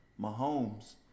Mahomes